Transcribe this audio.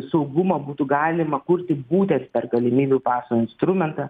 saugumą būtų galima kurti būtent per galimybių paso instrumentą